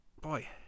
boy